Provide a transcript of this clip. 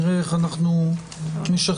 נראה איך אנחנו משקללים.